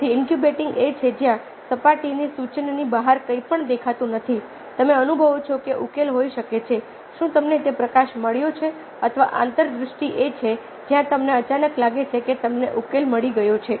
તેથી ઇન્ક્યુબેટિંગ એ છે જ્યાં સપાટીની સૂચનાની બહાર કંઈપણ દેખાતું નથી તમે અનુભવો છો કે ઉકેલ હોઈ શકે છે શું તમને તે પ્રકાશ મળ્યો છે અથવા આંતરદૃષ્ટિ એ છે જ્યાં તમને અચાનક લાગે છે કે તમને ઉકેલ મળી ગયો છે